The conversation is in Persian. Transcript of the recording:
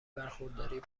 برخورداری